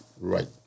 Right